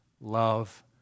love